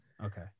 Okay